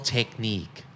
Technique